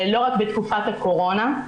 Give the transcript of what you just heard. לא רק בתקופת הקורונה,